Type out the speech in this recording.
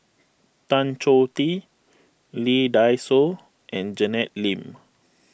Tan Choh Tee Lee Dai Soh and Janet Lim